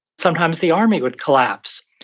sometimes the army would collapse.